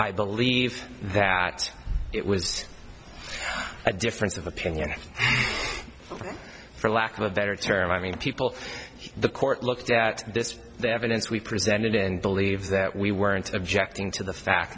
i believe that it was a difference of opinion for lack of a better term i mean people for the court looked at this the evidence we presented and believes that we weren't objecting to the fact